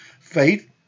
Faith